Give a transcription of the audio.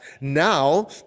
now